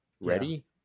Ready